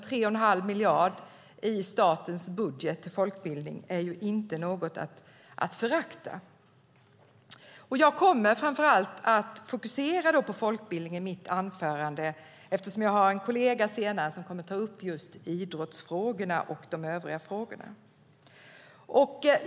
3 1⁄2 miljard i statens budget för folkbildning är inte något att förakta. Jag kommer i mitt anförande framför allt att fokusera på folkbildning eftersom jag har en kollega som senare kommer att ta upp idrottsfrågorna och de övriga frågorna.